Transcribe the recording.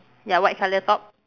ya white colour top